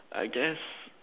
I guess